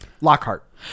Lockhart